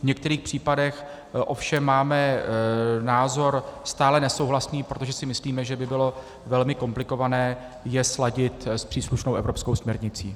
V některých případech ovšem máme názor stále nesouhlasný, protože si myslíme, že by bylo velmi komplikované je sladit s příslušnou evropskou směrnicí.